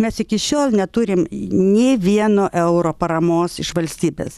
mes iki šiol neturim nė vieno euro paramos iš valstybės